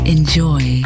Enjoy